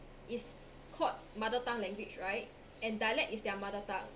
is called mother tongue language right and dialect is their mother tongue